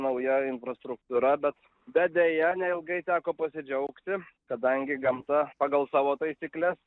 nauja infrastruktūra bet bet deja neilgai teko pasidžiaugti kadangi gamta pagal savo taisykles